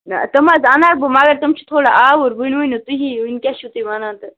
تِم حظ اَنہِ ہکھ بہٕ مگر تم چھِ تھوڑا آور وۄنۍ ؤنِو تُہی وۄنۍ کیاہ چھُو تُہۍ وَنان تہٕ